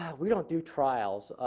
we don't do trials